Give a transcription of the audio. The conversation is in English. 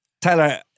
Tyler